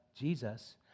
Jesus